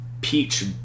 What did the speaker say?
peach